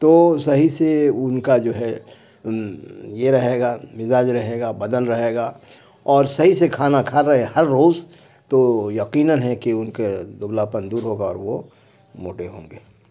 تو صحیح سے ان کا جو ہے یہ رہے گا مزاج رہے گا بدن رہے گا اور صحیح سے کھانا کھا رہے ہر روز تو یقیناً ہیں کہ ان کے دبلا پن دور ہوگا اور وہ موٹے ہوں گے